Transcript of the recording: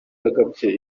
yagabye